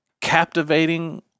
Captivating